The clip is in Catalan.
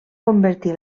convertir